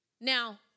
Now